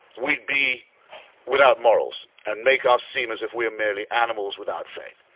we'd be without morals and make us seem as if we are merely animals without faith,